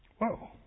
Whoa